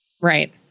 right